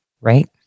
right